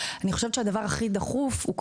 אני חושבת שהדבר הכי דחוף הוא,